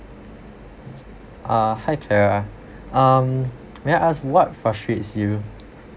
uh hi clara um may I ask what frustrates you